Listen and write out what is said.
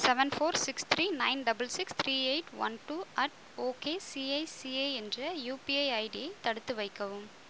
seven four six three nine double six three eight one two at okay ICICI என்ற UPI ஐடியை தடுத்து வைக்கவும்